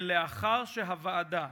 ולאחר שהוועדה